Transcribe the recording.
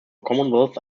commonwealth